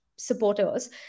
supporters